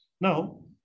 Now